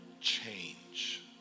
change